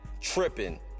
Tripping